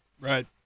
Right